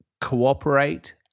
cooperate